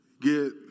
get